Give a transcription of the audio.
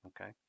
Okay